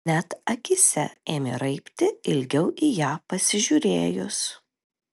net akyse ėmė raibti ilgiau į ją pasižiūrėjus